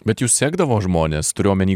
bet jus sekdavo žmonės turiu omeny